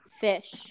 Fish